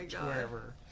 wherever